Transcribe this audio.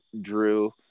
Drew